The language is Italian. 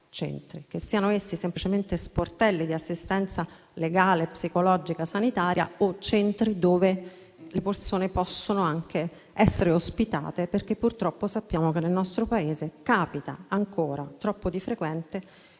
che siano semplicemente sportelli di assistenza legale, psicologica e sanitaria, o centri presso i quali le persone possono anche essere ospitate. Purtroppo sappiamo che nel nostro Paese capita ancora troppo di frequente